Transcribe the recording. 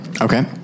okay